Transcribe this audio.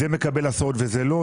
שזה מקבל הסעות וזה לא,